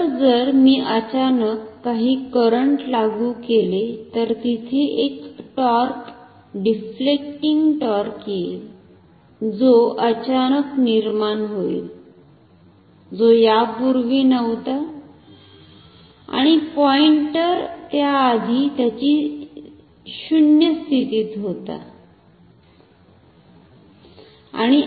तर जर मी अचानक काही करंट लागू केले तर तिथे एक टॉर्क डिफ्लेक्टींग टॉर्क येईल जो अचानक निर्माण होईल जो यापूर्वी नव्हता आणि पॉईंटर त्याआधी त्याची 0 स्थितीत होता